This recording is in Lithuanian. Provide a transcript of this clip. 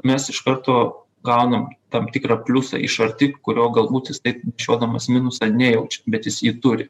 mes iš karto gaunam tam tikrą pliusą iš arti kurio galbūt jis nešiodamas minusą nejaučiau bet jis jį turi